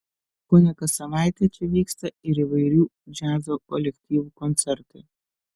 kone kas savaitę čia vyksta ir įvairių džiazo kolektyvų koncertai